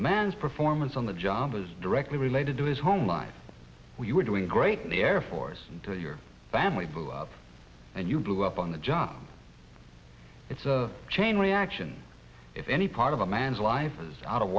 man's performance on the job is directly related to his home life we were doing great in the air force and to your family blew up and you blew up on the job it's a chain reaction if any part of a man's life is out of